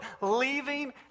Leaving